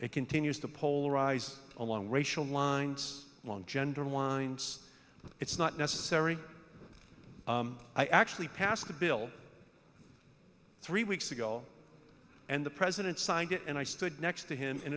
it continues to polarize along racial lines along gender lines it's not necessary i actually passed the bill three weeks ago and the president signed it and i stood next to him and